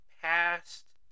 past